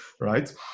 right